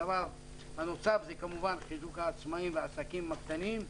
הדבר הנוסף זה כמובן חיזוק העצמאים והעסקים הקטנים.